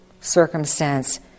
circumstance